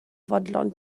fodlon